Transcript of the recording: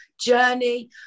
journey